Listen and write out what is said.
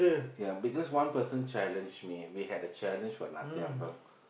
ya because one person challenge me we had a challenge for nasi-ambeng